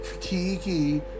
Kiki